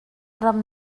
ram